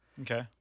Okay